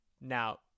Now